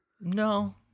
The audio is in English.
No